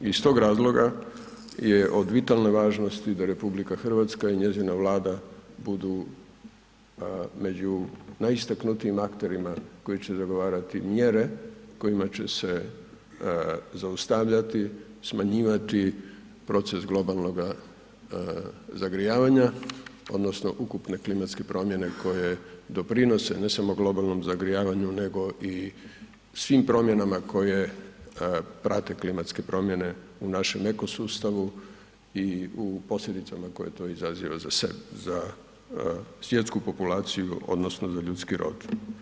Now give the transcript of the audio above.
Iz tog razloga je od vitalne važnosti da RH i njezina Vlada budu među najistaknutijim akterima koji će dogovarati mjere kojima će se zaustavljati, smanjivati proces globalnoga zagrijavanja odnosno ukupne klimatske promjene koje doprinose ne samo globalnom zagrijavanju nego i svim promjenama koje prate klimatske promjene u našem eko sustavu i u posljedicama koje to izaziva za svjetsku populaciju odnosno za ljudski rod.